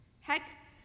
Heck